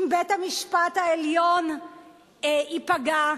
אם בית-המשפט העליון ייפגע,